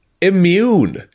immune